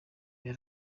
oya